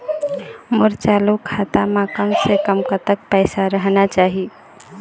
मोर चालू खाता म कम से कम कतक पैसा रहना चाही?